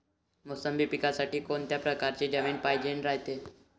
मोसंबी पिकासाठी कोनत्या परकारची जमीन पायजेन रायते?